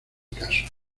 caso